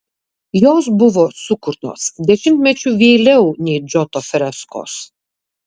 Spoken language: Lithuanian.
jos buvo sukurtos dešimtmečiu vėliau nei džoto freskos